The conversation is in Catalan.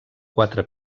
quatre